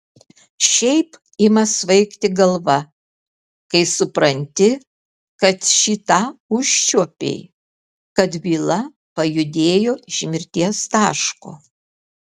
šiaip ima svaigti galva kai supranti kad šį tą užčiuopei kad byla pajudėjo iš mirties taško